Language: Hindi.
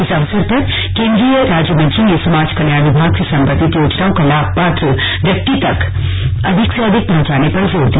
इस अवसर पर केन्द्रीय राज्यमंत्री ने समाज कल्याण विभाग से संबंधित योजनाओं का लाभ पात्र व्यक्ति तक अधिक से अधिक पहंचाने पर जोर दिया